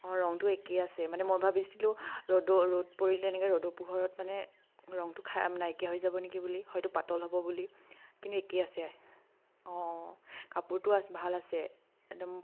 অঁ ৰংটো একেই আছে মানে মই ভাবিছিলোঁ ৰ'দো ৰ'দ পৰিলে এনেকৈ ৰ'দৰ পোহৰত মানে ৰংটো খাই নাইকিয়া হৈ যাব নেকি বুলি হয়তো পাতল হ'ব বুলি কিন্তু একেই আছে অঁ অঁ কাপোৰটো আছে ভাল আছে একদম